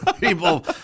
people